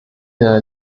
der